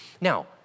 Now